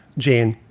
jane,